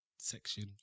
section